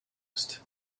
asked